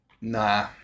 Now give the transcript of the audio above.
Nah